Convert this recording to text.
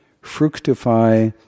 fructify